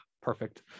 perfect